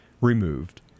removed